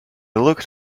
looked